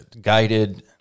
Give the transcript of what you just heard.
guided